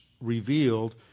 revealed